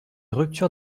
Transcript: rupture